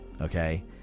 okay